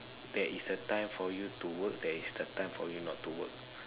there is a time for you to work there is a time for you not to work